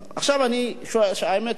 עכשיו אני, האמת היא,